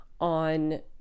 on